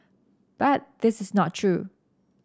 but this is not true